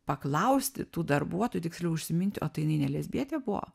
paklausti tų darbuotojų tiksliau užsiminti o tai jinai ne lesbietė buvo